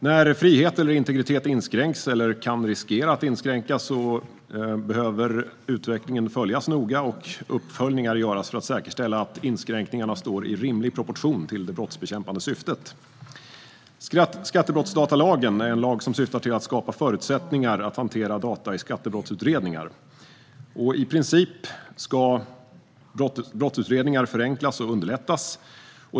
När frihet eller integritet inskränks eller riskerar att inskränkas behöver utvecklingen följas noga och uppföljningar göras för att säkerställa att inskränkningarna står i rimlig proportion till det brottsbekämpande syftet. Skattebrottsdatalagen är en lag med syfte att skapa förutsättningar för att hantera data i skattebrottsutredningar. I princip ska brottsutredningar förenklas och underlättas.